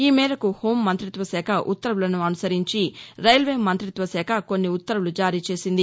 ఈ మేరకు హోంమంఁతిత్వ శాఖ ఉత్తర్వులను అనుసరించి రైల్వే మంతిత్వ శాఖ కొన్ని ఉత్తర్వులు జారీ చేసింది